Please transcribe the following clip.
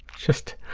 just